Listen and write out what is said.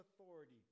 authority